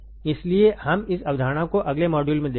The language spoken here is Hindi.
इसलिए हम इस अवधारणा को अगले मॉड्यूल में देखेंगे